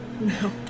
No